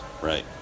Right